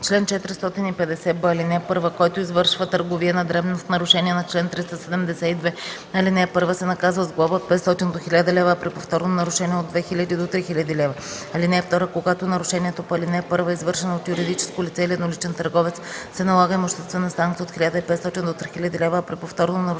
Чл. 450б. (1) Който извършва търговия на дребно в нарушение на чл. 372, ал. 1, се наказва с глоба от 500 до 1000 лв., а при повторно нарушение – от 2000 до 3000 лв. (2) Когато нарушението по ал. 1 е извършено от юридическо лице или едноличен търговец, се налага имуществена санкция от 1500 до 3000 лв., а при повторно нарушение